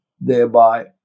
thereby